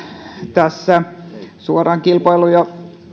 suoraan